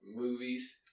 movies